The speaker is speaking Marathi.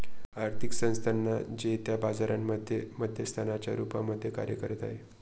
आर्थिक संस्थानांना जे त्या बाजारांमध्ये मध्यस्थांच्या रूपामध्ये कार्य करत आहे